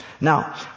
Now